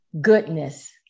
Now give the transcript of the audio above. goodness